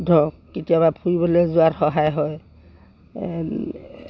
ধৰক কেতিয়াবা ফুৰিবলৈ যোৱাত সহায় হয়